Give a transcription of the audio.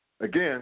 again